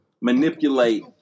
manipulate